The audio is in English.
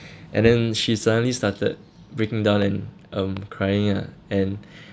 and then she suddenly started breaking down and um crying ah and